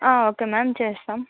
okay ma'am చేస్తాం